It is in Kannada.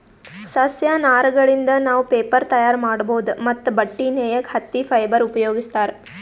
ಸಸ್ಯ ನಾರಗಳಿಂದ್ ನಾವ್ ಪೇಪರ್ ತಯಾರ್ ಮಾಡ್ಬಹುದ್ ಮತ್ತ್ ಬಟ್ಟಿ ನೇಯಕ್ ಹತ್ತಿ ಫೈಬರ್ ಉಪಯೋಗಿಸ್ತಾರ್